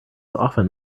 often